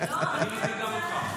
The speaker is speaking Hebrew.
שאתם מזמינים אותו.